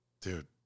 dude